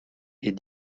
est